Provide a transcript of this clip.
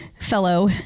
fellow